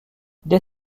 dès